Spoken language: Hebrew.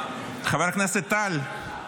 חבר הכנסת טל,